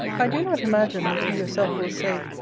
i do not imagine, that you yourself will say,